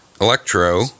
Electro